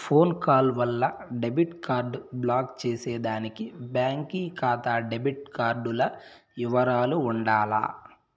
phone call వల్ల debit card block చేసేదానికి బాంకీ కాతా డెబిట్ కార్డుల ఇవరాలు ఉండాల